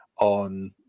on